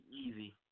easy